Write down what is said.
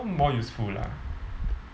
more useful lah